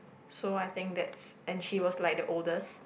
so I think that's and she was like the oldest